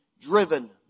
driven